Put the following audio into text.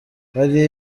hari